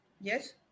yes